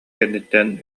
кэнниттэн